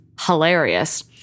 hilarious